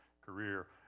career